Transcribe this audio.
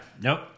Nope